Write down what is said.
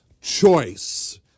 choice